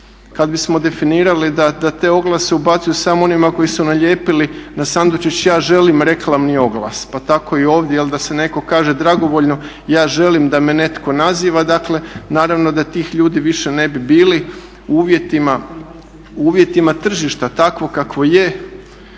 kad bismo definirali da te oglase ubacuju samo onima koji su nalijepili na sandučić ja želim reklamni oglas. Pa tako i ovdje, jel', da netko kaže dragovoljno ja želim da me netko naziva. Dakle, naravno da tih ljudi više ne bi bilo. U uvjetima tržišta takvog kakvo je